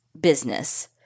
business